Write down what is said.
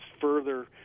further